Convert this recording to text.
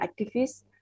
activists